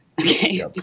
Okay